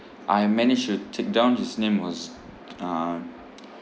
I managed to take down his name was uh